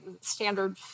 standard